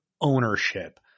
ownership